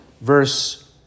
verse